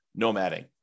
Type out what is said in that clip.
nomading